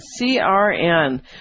CRN